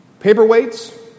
paperweights